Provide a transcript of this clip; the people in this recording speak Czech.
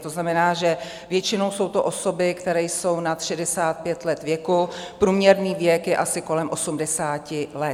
To znamená, že většinou jsou to osoby, které jsou nad 65 let věku, průměrný věk je asi kolem 80 let.